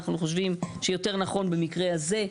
אנחנו חושבים שיותר נכון במקרה הזה,